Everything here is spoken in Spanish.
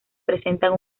presentan